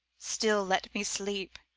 still let me sleep!